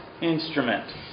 instrument